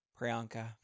Priyanka